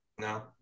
no